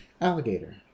Alligator